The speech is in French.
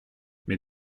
mais